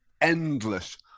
endless